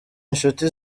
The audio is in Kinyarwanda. inshuti